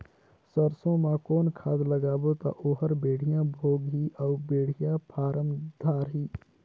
सरसो मा कौन खाद लगाबो ता ओहार बेडिया भोगही अउ बेडिया फारम धारही?